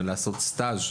ולעשות סטאז',